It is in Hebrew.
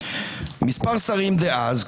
מספר שרים דאז,